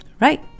Right